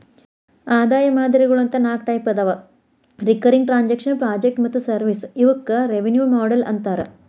ಆದಾಯ ಮಾದರಿಗಳು ಅಂತ ನಾಕ್ ಟೈಪ್ ಅದಾವ ರಿಕರಿಂಗ್ ಟ್ರಾಂಜೆಕ್ಷನ್ ಪ್ರಾಜೆಕ್ಟ್ ಮತ್ತ ಸರ್ವಿಸ್ ಇವಕ್ಕ ರೆವೆನ್ಯೂ ಮಾಡೆಲ್ ಅಂತಾರ